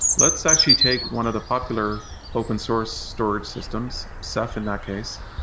let's actually take one of the popular open-source storage systems, ceph in that case,